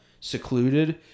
secluded